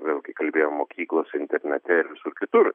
vėl gi kalbėjom mokyklose internete ir visur kitur